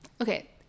okay